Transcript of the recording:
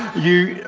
you,